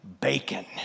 bacon